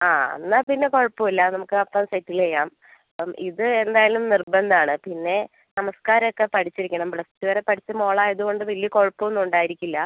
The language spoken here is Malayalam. ആ എന്നാൽ പിന്നെ കുഴപ്പം ഇല്ല നമുക്ക് അപ്പം സെറ്റിൽ ചെയ്യാം അപ്പം ഇത് എന്തായാലും നിർബന്ധം ആണ് പിന്നെ നമസ്ക്കാരം ഒക്കെ പഠിച്ചിരിക്കണം പ്ലസ് ടു വരെ പഠിച്ച മോൾ ആയതുകൊണ്ട് വലിയ കുഴപ്പം ഒന്നും ഉണ്ടായിരിക്കില്ല